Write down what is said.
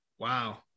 Wow